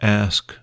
ask